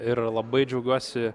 ir labai džiaugiuosi